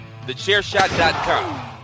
Thechairshot.com